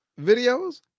videos